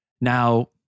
Now